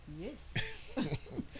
Yes